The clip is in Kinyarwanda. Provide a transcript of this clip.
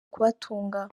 kubatunga